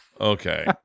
okay